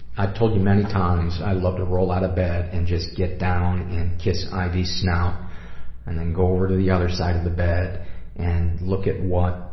i've told you many times i love to roll out of bed and just get down and kiss ivy's snout and then go over to the other side of the bed and look at what